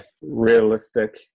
realistic